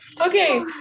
Okay